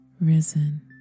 risen